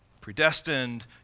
predestined